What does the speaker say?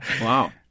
Wow